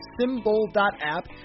symbol.app